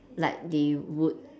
like they would